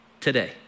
today